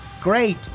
great